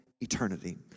eternity